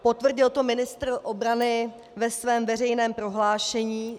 Potvrdil to ministr obrany ve svém veřejném prohlášení.